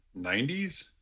90s